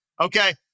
Okay